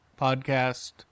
podcast